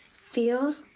feel,